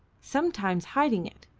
sometimes hiding it.